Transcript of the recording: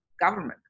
government